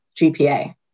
GPA